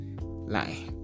lie